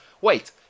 wait